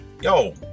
yo